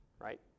right